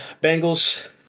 Bengals